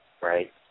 right